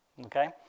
Okay